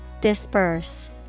Disperse